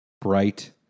bright